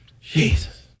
Jesus